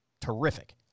terrific